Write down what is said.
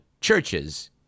churches